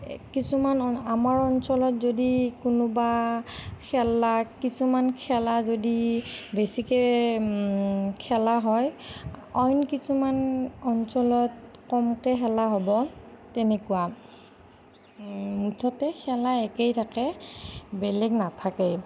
কিছুমান আমাৰ অঞ্চলত যদি কোনোবা খেলা কিছুমান খেলা যদি বেছিকৈ খেলা হয় অইন কিছুমান অঞ্চলত কমকৈ খেলা হ'ব তেনেকুৱা মুঠতে খেলা একেই থাকে বেলেগ নাথাকে